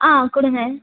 ஆ கொடுங்க